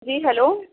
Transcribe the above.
جی hello